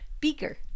Beaker